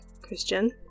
Christian